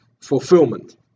fulfillment